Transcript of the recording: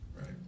right